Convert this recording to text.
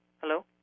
Hello